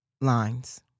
lines